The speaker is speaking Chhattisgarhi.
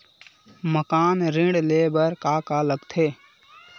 मकान ऋण ले बर का का लगथे?